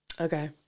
Okay